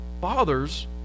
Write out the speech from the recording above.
fathers